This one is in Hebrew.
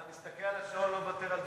אתה מסתכל על השעון, לא מוותר על דקה.